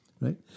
right